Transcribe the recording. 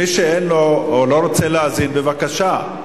מי שאין לו או לא רוצה להאזין, בבקשה.